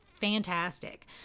fantastic